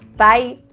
bye.